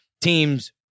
teams